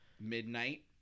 Midnight